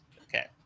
Okay